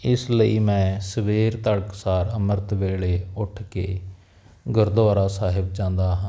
ਇਸ ਲਈ ਮੈਂ ਸਵੇਰ ਤੜਕਸਾਰ ਅੰਮ੍ਰਿਤ ਵੇਲੇ ਉੱਠ ਕੇ ਗੁਰਦੁਆਰਾ ਸਾਹਿਬ ਜਾਂਦਾ ਹਾਂ